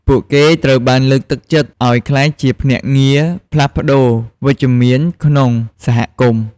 ពួកគេត្រូវបានលើកទឹកចិត្តឱ្យក្លាយជាភ្នាក់ងារផ្លាស់ប្តូរ វិជ្ជមានក្នុងសហគមន៍។